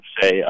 say